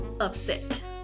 upset